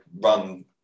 run